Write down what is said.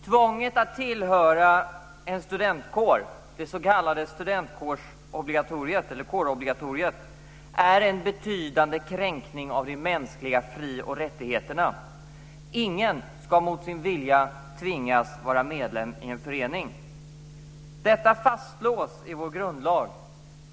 Tvånget att tillhöra en studentkår, det s.k. kårobligatoriet, är en betydande kränkning av de mänskliga fri och rättigheterna. Ingen ska mot sin vilja tvingas att vara medlem i en förening. Detta fastslås i vår grundlag.